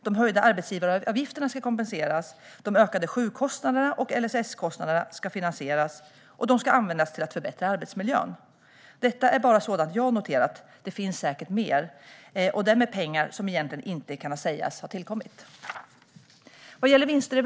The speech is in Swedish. De höjda arbetsgivaravgifterna ska kompenseras, de ökade sjukkostnaderna och LSS-kostnaderna ska finansieras, och pengarna ska också användas till att förbättra arbetsmiljön. Detta är bara sådant som jag har noterat. Det finns säkert mer som ska göras med pengar som egentligen inte kan sägas ha tillkommit.